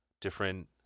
different